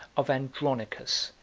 of andronicus,